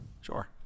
Sure